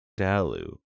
Dalu